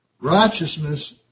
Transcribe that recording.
Righteousness